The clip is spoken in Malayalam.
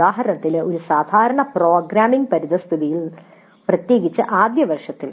ഉദാഹരണത്തിന് ഒരു സാധാരണ പ്രോഗ്രാമിംഗ് പരിതസ്ഥിതിയിൽ പ്രത്യേകിച്ച് ആദ്യ വർഷത്തിൽ